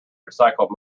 recycle